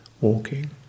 walking